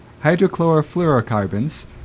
Hydrochlorofluorocarbons